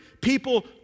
people